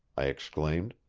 i exclaimed.